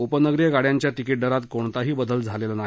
उपनगरीय गाड्यांच्या तिकिटदरात कोणताही बदल झालेला नाही